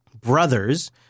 brothers